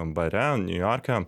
bare niujorke